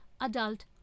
adult